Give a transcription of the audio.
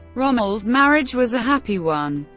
rommel's marriage was a happy one,